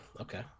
okay